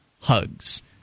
hugs